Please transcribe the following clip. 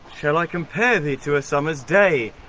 shall i compare thee to a summer's day!